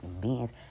beings